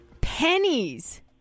Pennies